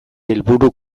helburu